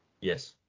Yes